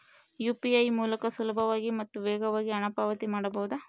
UPI ಮೂಲಕ ಸುಲಭವಾಗಿ ಮತ್ತು ವೇಗವಾಗಿ ಹಣ ಪಾವತಿ ಮಾಡಬಹುದಾ?